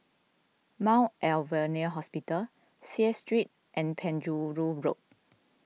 Mount Alvernia Hospital Seah Street and Penjuru Road